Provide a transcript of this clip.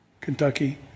Kentucky